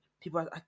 people